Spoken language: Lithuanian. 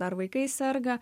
dar vaikai serga